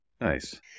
nice